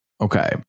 Okay